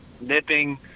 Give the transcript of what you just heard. nipping